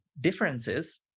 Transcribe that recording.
differences